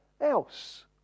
else